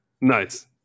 Nice